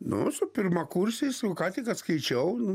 nu su pirmakursiais jau ką tik atskaičiau nu